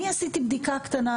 אני עשיתי בדיקה קטנה,